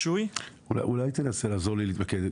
אולי תנסה לעזור לי להתמקד.